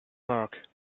market